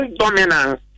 dominance